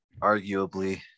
Arguably